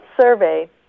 survey